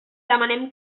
demanem